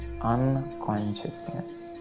unconsciousness